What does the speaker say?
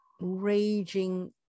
raging